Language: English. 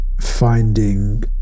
finding